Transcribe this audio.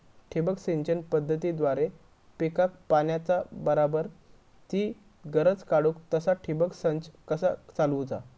ठिबक सिंचन पद्धतीद्वारे पिकाक पाण्याचा बराबर ती गरज काडूक तसा ठिबक संच कसा चालवुचा?